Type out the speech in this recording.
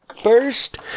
first